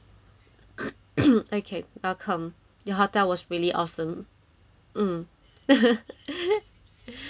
okay welcome your hotel was really awesome mm yes